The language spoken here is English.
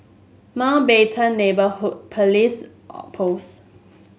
Mountbatten Neighbourhood Police Post